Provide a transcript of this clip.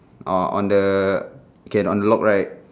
oh on the okay on the lock right